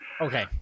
Okay